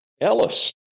Ellis